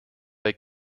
they